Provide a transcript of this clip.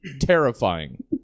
terrifying